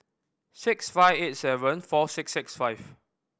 six five eight seven four six six five